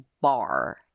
bar